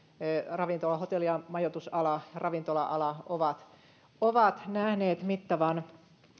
ravintola hotelli ja majoitusala ovat ovat nähneet mittavan